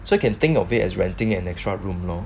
so you can think of it as renting an extra room lor